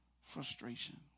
frustration